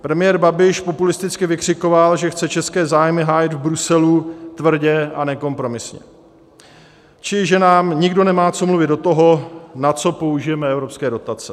Premiér Babiš populisticky vykřikoval, že chce české zájmy hájit v Bruselu tvrdě a nekompromisně, čili že nám nikdo nemá co mluvit do toho, na co použijeme evropské dotace.